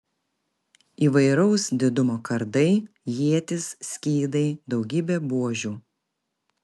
įvairaus didumo kardai ietys skydai daugybė buožių